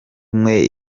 umwe